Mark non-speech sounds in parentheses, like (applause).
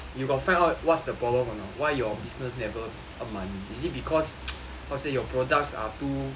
you got find out what's the problem or not why your business never earn money is it because (noise) how say your products are too